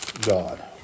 God